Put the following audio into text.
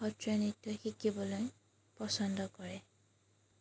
সত্ৰীয়া নৃত্য শিকিবলৈ পচন্দ কৰে